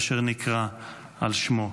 אשר נקרא על שמו.